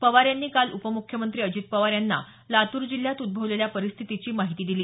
पवार यांनी काल उपम्ख्यमंत्री अजित पवार यांना लातूर जिल्ह्यात उद्भवलेल्या परिस्थितीची माहिती दिली